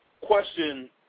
question